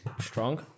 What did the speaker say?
strong